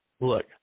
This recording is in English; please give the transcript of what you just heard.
look